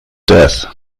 death